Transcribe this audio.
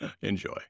Enjoy